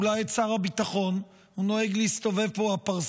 אולי את שר הביטחון, הוא נוהג להסתובב פה בפרסה